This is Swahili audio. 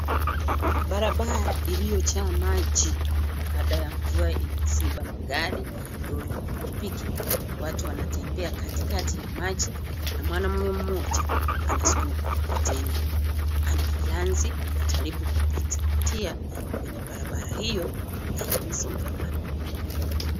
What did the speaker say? Barabara iliyojaa maji baada ya mvua imejaa maji, lori na pikipiki. Watu wanatembea katikati ya maji na mwanaume mmoja anaskiuma mkokoteni. Ambyulansi inajaribu kupitia kwenye barabara hiyo yenye msongamano.